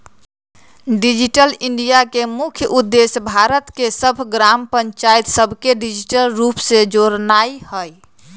digital India के मुख्य उद्देश्य भारत के सभ ग्राम पञ्चाइत सभके डिजिटल रूप से जोड़नाइ हइ